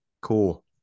Cool